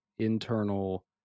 internal